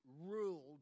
ruled